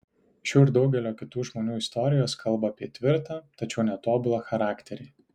šių ir daugelio kitų žmonių istorijos kalba apie tvirtą tačiau netobulą charakterį